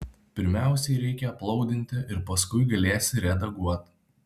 pirmiausiai reikia aplaudinti ir paskui galėsi redaguot